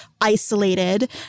isolated